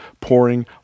pouring